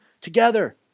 together